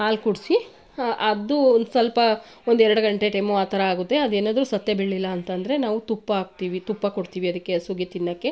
ಹಾಲು ಕುಡಿಸಿ ಅದು ಒಂದು ಸ್ವಲ್ಪ ಒಂದೆರಡು ಗಂಟೆ ಟೈಮು ಆ ಥರ ಆಗುತ್ತೆ ಅದೇನಾದರೂ ಸತ್ತೆ ಬೀಳಲಿಲ್ಲ ಅಂತಂದರೆ ನಾವು ತುಪ್ಪ ಹಾಕ್ತೀವಿ ತುಪ್ಪ ಕೊಡ್ತೀವಿ ಅದಕ್ಕೆ ಹಸುಗೆ ತಿನ್ನೋಕ್ಕೆ